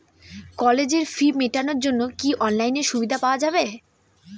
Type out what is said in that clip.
কলেজের ফি মেটানোর জন্য কি অনলাইনে সুবিধা পাওয়া যাবে?